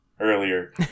earlier